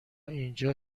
اینجا